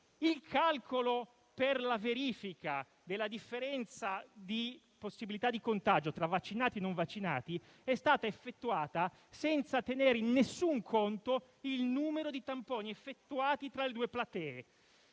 il calcolo per la verifica della differenza nella possibilità di contagio tra vaccinati e non vaccinati è stato effettuato senza tenere in alcun conto il numero di tamponi effettuati tra le due platee.